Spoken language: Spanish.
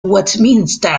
westminster